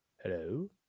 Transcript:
hello